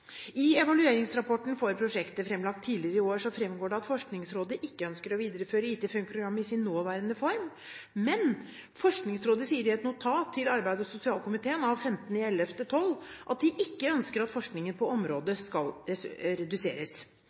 Av evalueringsrapporten for prosjektet som ble fremlagt tidligere i år, fremgår det at Forskningsrådet ikke ønsker å videreføre IT funk-programmet i sin nåværende form. Men Forskningsrådet sier i et notat til arbeids- og sosialkomiteen av 15. november 2012 at de ikke ønsker at forskningen på området skal reduseres.